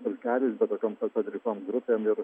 pulkeliais bet tokiom pat padrikom grupėm ir